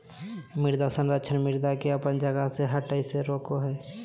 मृदा संरक्षण मृदा के अपन जगह से हठय से रोकय हइ